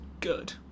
good